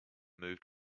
moved